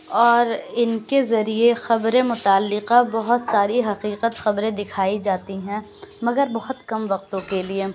اور ان کے ذریعے خبریں متعلقہ بہت ساری حقیقت خبریں دکھائی جاتی ہیں مگر بہت کم وقتوں کے لیے